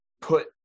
put